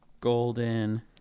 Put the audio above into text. Golden